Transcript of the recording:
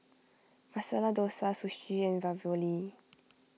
Masala Dosa Sushi and Ravioli